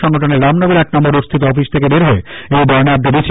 সংগঠনের রামনগর এক নম্বর রোডস্থিত অফিস থেকে বের হয় এই বর্নাঢ মিছিল